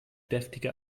deftige